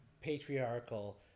patriarchal